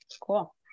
Cool